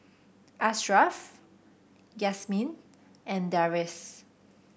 Ashraff and Deris